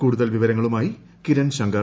കൂടുതൽ വിവരങ്ങളുമായി കിരൺ ശ്രങ്കർ